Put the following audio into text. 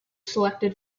selected